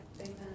Amen